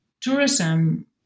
tourism